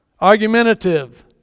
Argumentative